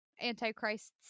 antichrists